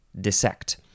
dissect